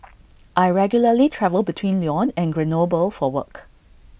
I regularly travel between Lyon and Grenoble for work